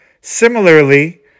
Similarly